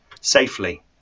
safely